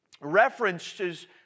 references